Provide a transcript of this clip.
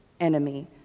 enemy